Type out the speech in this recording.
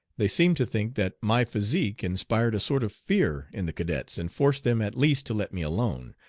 they seem to think that my physique inspired a sort of fear in the cadets, and forced them at least to let me alone,